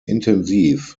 intensiv